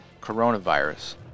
coronavirus